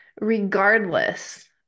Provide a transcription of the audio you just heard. regardless